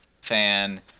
fan